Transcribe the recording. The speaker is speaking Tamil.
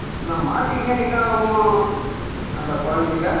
அந்த மாட்டிக என்னாகும் அந்த குழந்தைங்க